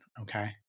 okay